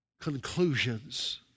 conclusions